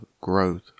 growth